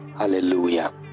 Hallelujah